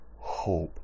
hope